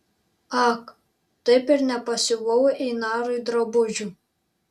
ak taip ir nepasiuvau einarui drabužių